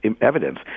evidence